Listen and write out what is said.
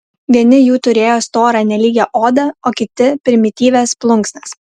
vieni jų turėjo storą nelygią odą o kiti primityvias plunksnas